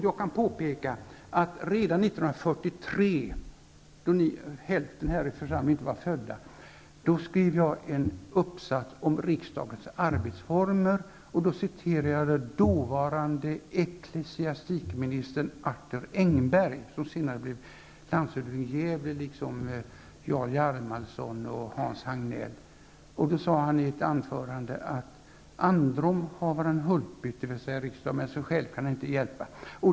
Jag kan påpeka att redan 1943, då hälften här i församlingen ännu inte var födda, skrev jag en uppsats om riksdagens arbetsformer. Jag citerade den dåvarande ecklesiastikministern Arthur liksom Jarl Hjalmarson och Hans Hagnell. Han sade att ''anderom haver han hulpit,'' dvs. riksdagen, ''men sig själv kan han inte hjälpa.''